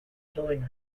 killing